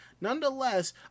Nonetheless